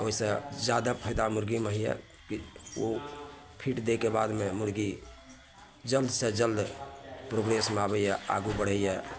ओहि से जादा फायदा मुर्गीमे होइए कि ओ फीट दैके बादमे मुर्गी जल्द से जल्द प्रोग्रेसमे आबैए आगू बढ़ैए